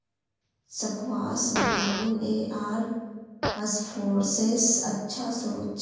squash vitamin A आर फस्फोरसेर अच्छा श्रोत छ